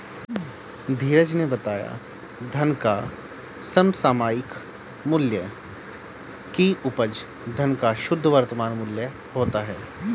धीरज ने बताया धन का समसामयिक मूल्य की उपज धन का शुद्ध वर्तमान मूल्य होता है